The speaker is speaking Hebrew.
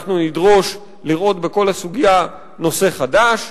אנחנו נדרוש לראות בכל הסוגיה נושא חדש,